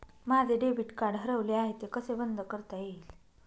माझे debit card हरवले आहे ते कसे बंद करता येईल?